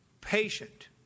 patient